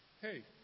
hey